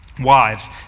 Wives